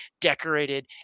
decorated